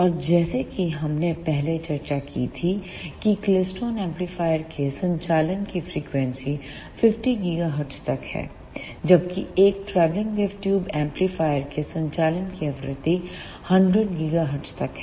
और जैसा कि हमने पहले चर्चा की थी कि क्लेस्ट्रॉन एम्पलीफायर के संचालन की फ्रीक्वेंसी 50 Ghz तक है जबकि एक ट्रैवलिंग वेव ट्यूब एम्पलीफायर के संचालन की आवृत्ति 100 GHz तक है